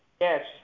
yes